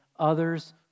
others